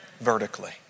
vertically